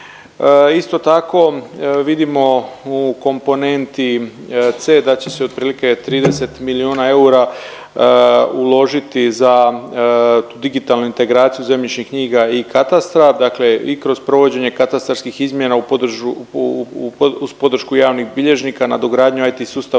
Isto tako vidimo u komponenti C da će se otprilike 30 milijuna eura uložiti za digitalnu integraciju zemljišnih knjiga i katastra dakle i kroz provođenje katastarskih izmjena uz podršku javnih bilježnika nadogradnju IT sustava